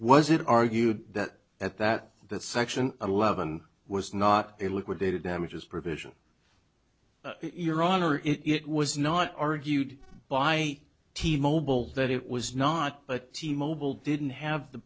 was it argued that at that that section eleven was not a liquidated damages provision your honor it was not argued by t mobile that it was not a t mobile didn't have the